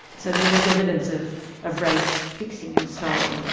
so there was evidence of of race fixing and so on?